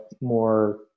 more